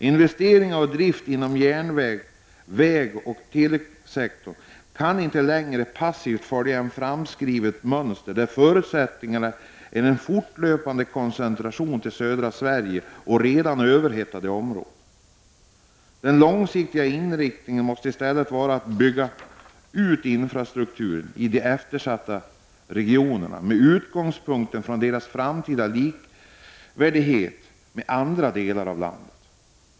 Investeringar och drift inom järnvägs-, vägoch telesektorerna kan inte längre passivt följa ett framskrivet mönster, där förutsättningen är en fortlöpande koncentration till södra Sverige och till redan överhettade områden. Den långsiktiga inriktningen måste i stället vara att bygga ut infrastrukturen i de eftersatta regionerna med utgångspunkt i deras framtida likvärdighet i jämförelse med andra delar av landet.